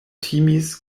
timis